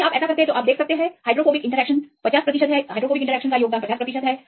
यदि आप ऐसा करते हैं तो आप देख सकते हैं कि लगभग हाइड्रोफोबिक इंटरैक्शन लगभग 50 प्रतिशत तक योगदान करते हैं